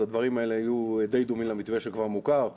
אז הדברים האלה יהיו די דומים למתווה שכבר מוכר.